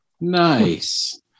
Nice